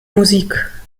musik